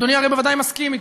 אדוני הרי בוודאי מסכים אתי,